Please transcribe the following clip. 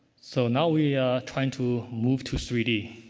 so now we are trying to move to three d.